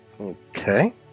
okay